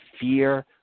fear